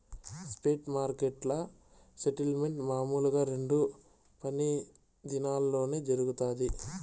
spot మార్కెట్ల settlement మామూలుగా రెండు పని దినాల్లోనే జరగతాది